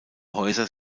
häuser